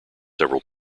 several